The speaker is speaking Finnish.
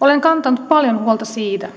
olen kantanut paljon huolta siitä